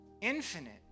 infinite